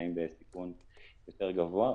שנמצאים בסיכון יותר גבוה.